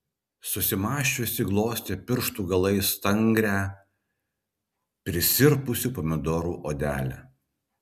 susimąsčiusi glostė pirštų galais stangrią prisirpusių pomidorų odelę